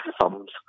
thumbs